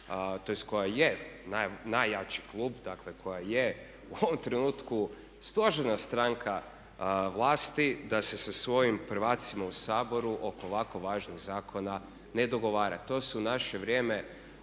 tj. koja je najjači klub, dakle koja je u ovom trenutku stožerna stranka vlasti, da sa svojim prvacima u Saboru oko ovako važnog zakona ne dogovara. To se u naše vrijeme